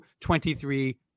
23